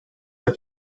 had